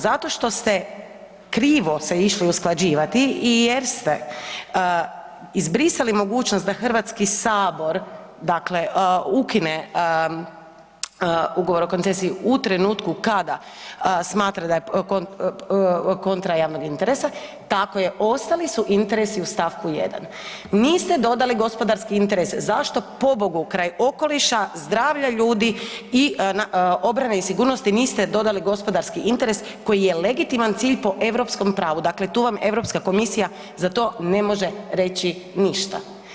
Zato što ste krivo se išli usklađivati jer ste izbrisali mogućnost da Hrvatski sabor, dakle ukine ugovor o koncesiji u trenutku kada smatra da je kontra javnog interesa, tako je ostali su interesi u stavku 1. Niste dodali gospodarski interes, zašto pobogu, kraj okoliša, zdravlja ljudi i obrane i sigurnosti niste dodali gospodarski interes koji je legitiman cilj po europskom pravu, dakle tu vam Europska komisija za to ne može reći ništa.